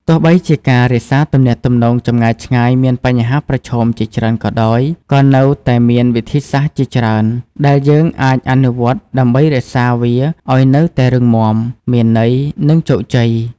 ទោះបីជាការរក្សាទំនាក់ទំនងចម្ងាយឆ្ងាយមានបញ្ហាប្រឈមជាច្រើនក៏ដោយ ក៏នៅតែមានវិធីសាស្រ្តជាច្រើនដែលយើងអាចអនុវត្តដើម្បីរក្សាវាឱ្យនៅតែរឹងមាំ មានន័យ និងជោគជ័យ។